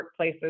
workplaces